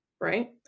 Right